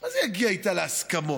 מה זה יגיע איתה להסכמות?